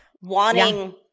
wanting